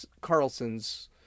Carlson's